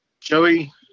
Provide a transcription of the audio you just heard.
Joey